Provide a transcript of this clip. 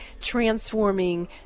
transforming